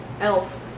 elf